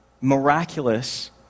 miraculous